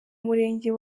murenge